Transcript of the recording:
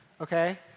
okay